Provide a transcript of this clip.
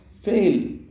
fail